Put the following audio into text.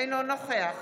אינו נוכח